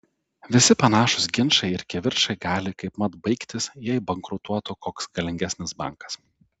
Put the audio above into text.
visi panašūs ginčai ir kivirčai gali kaipmat baigtis jei bankrutuotų koks galingesnis bankas